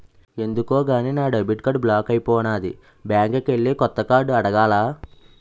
ఎందుకో గాని నా డెబిట్ కార్డు బ్లాక్ అయిపోనాది బ్యాంకికెల్లి కొత్త కార్డు అడగాల